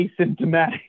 asymptomatic